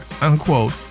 unquote